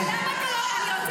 למה אתה לא קורא לה?